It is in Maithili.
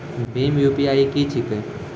भीम यु.पी.आई की छीके?